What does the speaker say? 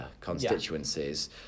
constituencies